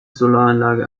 solaranlage